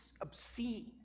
obscene